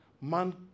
man